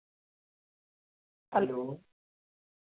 hello